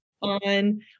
on